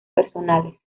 personales